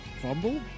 Fumble